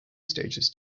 stages